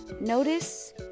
Notice